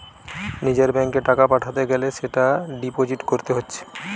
নিজের ব্যাংকে টাকা পাঠাতে গ্যালে সেটা ডিপোজিট কোরতে হচ্ছে